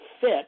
fit